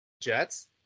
Jets